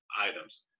items